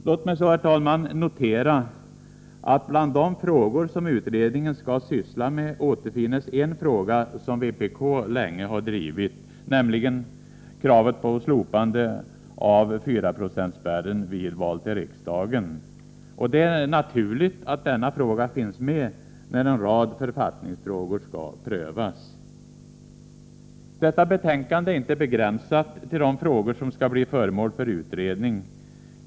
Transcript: Låt mig så notera, herr talman, att bland de frågor som utredningen skall syssla med återfinns en fråga som vpk länge drivit, nämligen kravet på slopande av 4-procentsspärren vid val till riksdagen. Det är naturligt att denna fråga finns med, när en rad författningsfrågor skall prövas. Utskottets betänkande är inte begränsat till frågor som skall bli föremål för utredning.